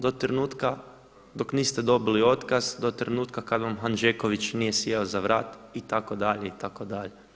Do trenutka dok niste dobili otkaz, do trenutka kada vam Hanžeković nije sjeo za vrat, itd., itd.